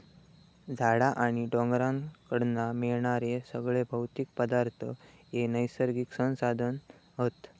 झाडा आणि ढोरांकडना मिळणारे सगळे भौतिक पदार्थ हे नैसर्गिक संसाधन हत